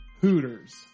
hooters